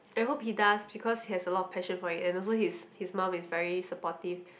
i hope he does because he has a lot of passion for it and also his his mum is very supportive